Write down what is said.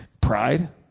pride